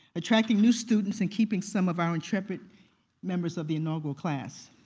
attracting new students and keeping some of our intrepid members of the inaugural class.